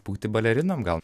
būti balerinom gal